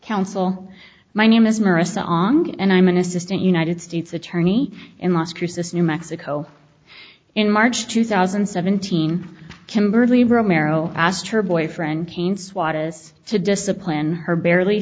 counsel my name is maria song and i'm an assistant united states attorney in las cruces new mexico in march two thousand and seventeen kimberly romero asked her boyfriend cain swatches to discipline her barely